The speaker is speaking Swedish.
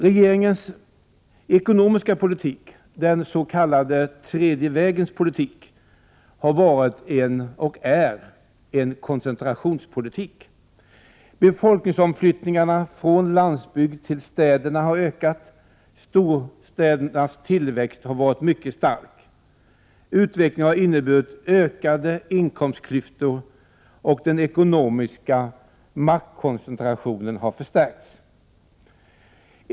Regeringens ekonomiska politik — den s.k. tredje vägens politik — har varit, Prot. 1988/89:105 och är, en koncentrationspolitik. Befolkningsomflyttningarna från landsbyg 27 april 1989 den till städerna har ökat, och storstädernas tillväxt har varit mycket stark. Utvecklingen har inneburit ökade inkomstklyftor, och den ekonomiska maktkoncentrationen har förstärkts.